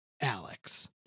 Alex